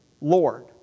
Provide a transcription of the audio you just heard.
Lord